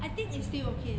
I think it's still okay